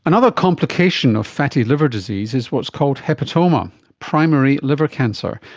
another complication of fatty liver disease is what's called hepatoma, primary liver cancer,